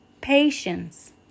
patience